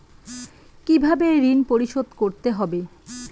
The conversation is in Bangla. কিভাবে ঋণ পরিশোধ করতে হবে?